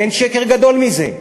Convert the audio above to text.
אין שקר גדול מזה,